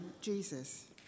Jesus